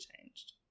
changed